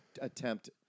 attempt